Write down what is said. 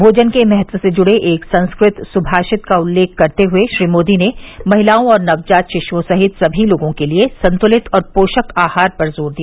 भोजन के महत्व से जुड़े एक संस्कृत सुमाषित का उल्लेख करते हुए श्री मोदी ने महिलाओं और नवजात शिश्ओं सहित समी लोगों के लिए संतुलित और पोषक आहार पर जोर दिया